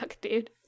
dude